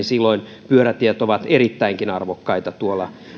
silloin pyörätiet ovat erittäinkin arvokkaita tuolla